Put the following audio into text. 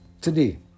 Today